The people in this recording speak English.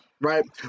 right